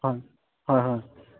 হয় হয় হয়